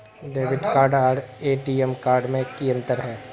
Debit card आर ATM card में की अंतर है?